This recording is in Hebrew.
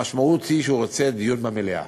המשמעות היא שהוא רוצה דיון במליאה.